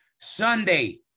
Sunday